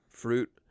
fruit